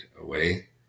away